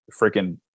freaking